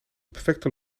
perfecte